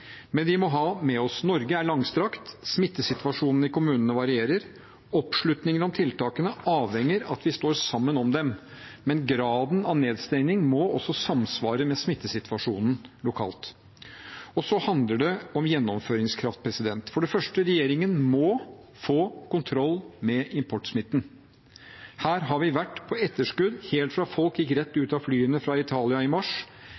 men vi må ha med oss at Norge er langstrakt. Smittesituasjonen i kommunene varierer. Oppslutningen om tiltakene avhenger av at vi står sammen om dem, men graden av nedstenging må også samsvare med smittesituasjonen lokalt. Så handler det om gjennomføringskraft. For det første: Regjeringen må få kontroll med importsmitten. Her har vi vært på etterskudd helt fra folk gikk rett ut av flyene fra Italia i mars,